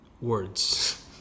words